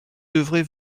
devrez